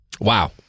Wow